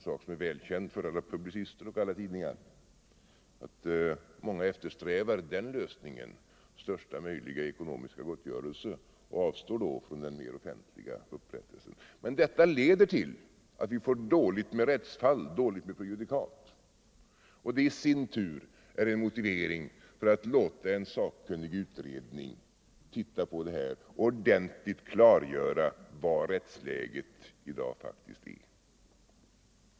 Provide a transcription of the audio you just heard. Det är en välkänd sak för alla publicister och alla tidningar att många eftersträvar den lösningen — största möjliga ekonomiska gottgörelse — och då avstår från den mera offentliga upprättelsen. Men detta leder till att vi får dåligt med rättsfall, dåligt med prejudikat. Och det i sin tur är en motivering för att låta en sakkunnig utredning se på detta och ordentligt klargöra vad rättsläget i dag faktiskt är.